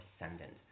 ascendant